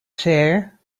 chair